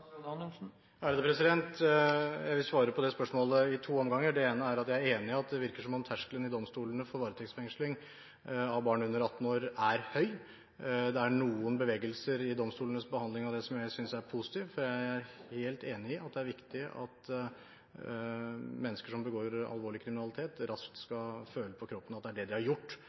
Jeg vil svare på det spørsmålet i to omganger. Det ene er at jeg er enig i at det virker som om terskelen i domstolene for varetektsfengsling av barn under 18 år er høy. Det er noen bevegelser i domstolenes behandling av det som jeg synes er positiv. Jeg er helt enig i at det er viktig at mennesker som begår alvorlig kriminalitet, raskt skal føle på kroppen at det er det de har gjort,